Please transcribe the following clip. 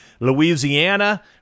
Louisiana